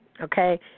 Okay